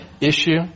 issue